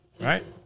Right